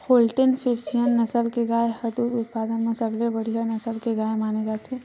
Holstein Friesian नसल के गाय ह दूद उत्पादन म सबले बड़िहा नसल के गाय माने जाथे